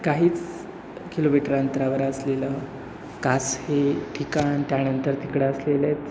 काहीच किलोमीटर अंतरावर असलेलं कास हे ठिकाण त्यानंतर तिकडं असलेलेच